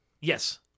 Yes